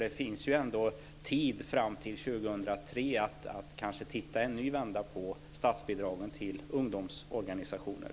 Det finns ju ändå tid fram till 2003 för att titta en vända till på statsbidragen till ungdomsorganisationer.